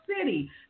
City